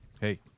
Hey